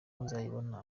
muzabibona